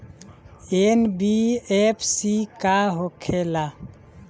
NBFC का होंखे ला?